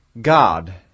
God